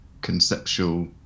conceptual